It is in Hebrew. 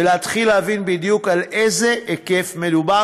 ולהתחיל להבין בדיוק על איזה היקף מדובר,